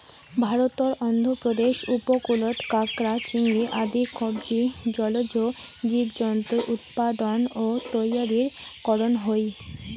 ভারতর অন্ধ্রপ্রদেশ উপকূলত কাকড়া, চিংড়ি আদি কবচী জলজ জীবজন্তুর উৎপাদন ও তৈয়ারী করন হই